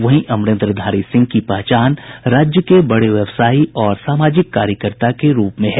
वहीं अमरेन्द्रधारी सिंह की पहचान राज्य के बड़े व्यवसायी और सामाजिक कार्यकर्ता के रूप में है